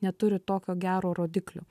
neturi tokio gero rodiklio